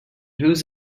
whose